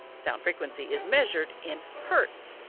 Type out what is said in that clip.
sound frequency is measured in hertz.